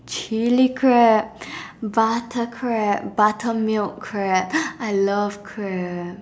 Chili crab butter crab buttermilk crab I love crab